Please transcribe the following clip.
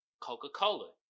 Coca-Cola